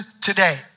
today